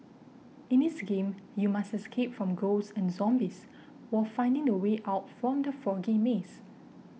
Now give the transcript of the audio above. in this game you must escape from ghosts and zombies while finding the way out from the foggy maze